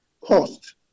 Cost